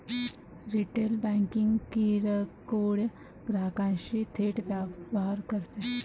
retail banking किरकोळ ग्राहकांशी थेट व्यवहार करते